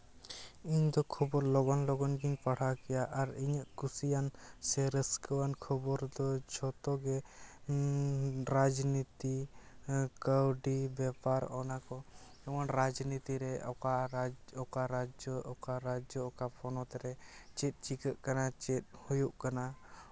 ᱤᱧ ᱫᱚ ᱠᱷᱚᱵᱚᱨ ᱞᱚᱜᱚᱱ ᱞᱚᱜᱚᱱ ᱜᱤᱧ ᱯᱟᱲᱦᱟᱣ ᱠᱮᱭᱟ ᱟᱨ ᱤᱧᱟᱹᱜ ᱠᱩᱥᱤᱭᱟᱱ ᱥᱮ ᱨᱟᱹᱥᱠᱟᱹᱣᱟᱱ ᱠᱷᱚᱵᱚᱨ ᱫᱚ ᱡᱷᱚᱛᱚ ᱜᱮ ᱨᱟᱡᱽᱼᱱᱤᱛᱤ ᱠᱟᱹᱣᱰᱤ ᱵᱮᱯᱟᱨ ᱚᱱᱟ ᱠᱚ ᱡᱮᱢᱚᱱ ᱨᱟᱡᱽᱼᱱᱤᱛᱤ ᱨᱮ ᱚᱠᱟ ᱨᱟᱡᱽ ᱚᱠᱟ ᱨᱟᱡᱽᱡᱚ ᱚᱠᱟ ᱨᱟᱡᱽᱡᱚ ᱚᱠᱟ ᱯᱚᱱᱚᱛ ᱨᱮ ᱪᱮᱫ ᱪᱤᱠᱟᱹᱜ ᱠᱟᱱᱟ ᱪᱮᱫ ᱦᱩᱭᱩᱜ ᱠᱟᱱᱟ